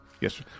Yes